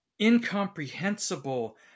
incomprehensible